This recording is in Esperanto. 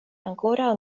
ankoraŭ